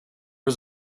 was